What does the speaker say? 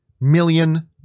million